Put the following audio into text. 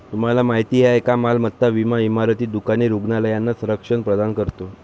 तुम्हाला माहिती आहे का मालमत्ता विमा इमारती, दुकाने, रुग्णालयांना संरक्षण प्रदान करतो